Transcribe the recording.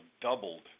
doubled